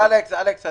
אני הולך לאשר את זה.